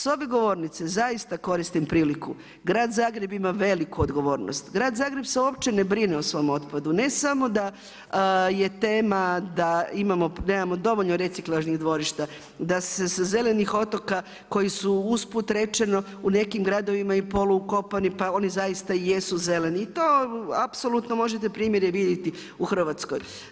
S ove govornice zaista koristim priliku, grad Zagreb ima veliku odgovornost, grad Zagreb se uopće ne brine o svom otpadu, ne samo da je tema da nemamo dovoljno reciklažnih dvorišta, da se sa zelenih otoka koji su usput rečeno, u nekim gradovima i polu ukopani pa oni zaista i jesu zeleni i to apsolutno možete primjere vidjeti u Hrvatskoj.